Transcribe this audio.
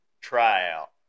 tryout